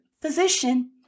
physician